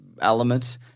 element